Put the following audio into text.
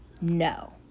No